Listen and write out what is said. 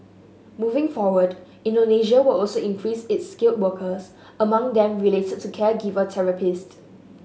moving forward Indonesia will also increase its skilled workers among them related to caregiver therapists